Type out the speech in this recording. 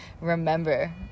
remember